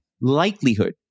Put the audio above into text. likelihood